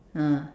ah